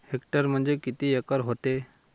Hectare म्हणजे किती acre व्हते?